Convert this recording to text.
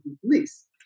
police